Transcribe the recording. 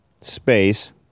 space